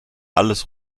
alles